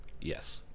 Yes